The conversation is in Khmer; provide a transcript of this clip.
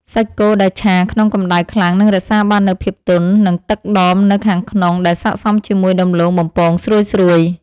សាច់គោដែលឆាក្នុងកម្តៅខ្លាំងនឹងរក្សាបាននូវភាពទន់និងទឹកដមនៅខាងក្នុងដែលស័ក្តិសមជាមួយដំឡូងបំពងស្រួយៗ។